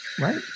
right